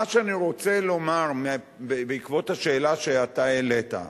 מה שאני רוצה לומר בעקבות השאלה שאתה העלית: